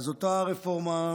אז אותה רפורמה,